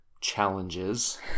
challenges